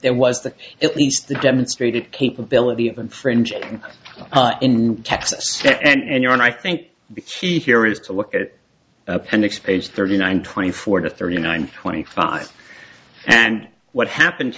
there was the it least the demonstrated capability of infringing in texas and you and i think the key here is to look at appendix page thirty nine twenty four to thirty nine twenty five and what happen